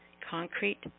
Concrete